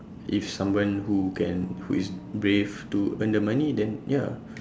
if someone who can who is brave to earn the money then ya